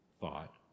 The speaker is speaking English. thought